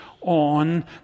on